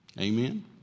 Amen